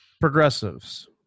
Progressives